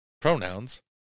Pronouns